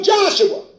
Joshua